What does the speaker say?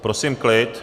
Prosím klid.